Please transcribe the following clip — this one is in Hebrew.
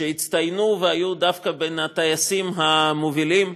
שהצטיינו והיו דווקא בין הטייסים המובילים.